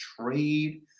trade